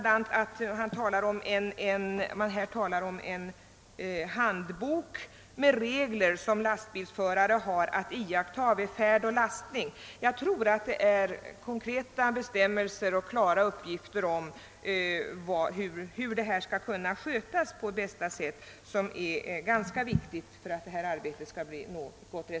Det talas vidare om en handbok med regler som lastbilsförare har att iaktta vid färd och lastning. Det är viktigt att man får konkreta bestämmelser och klara uppgifter i detta avseende.